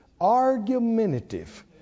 argumentative